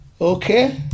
Okay